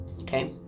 okay